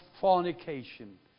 fornication